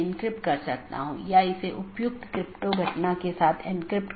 network layer reachability की जानकारी की एक अवधारणा है